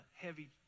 heavy